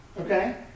Okay